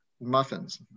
muffins